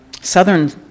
southern